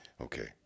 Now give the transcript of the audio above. Okay